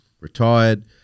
retired